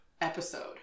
episode